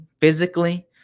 physically